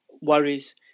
worries